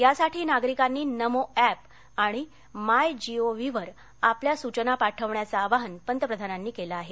यासाठी नागरिकांनी नमो अॅप किवा माय जीओव्हीवर आपल्या सूचना पाठवण्याचं आवाहन पंतप्रधानांनी केलं आहे